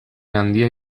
handia